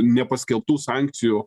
nepaskelbtų sankcijų